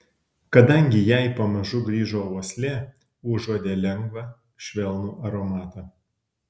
kadangi jai pamažu grįžo uoslė užuodė lengvą švelnų aromatą